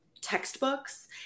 Textbooks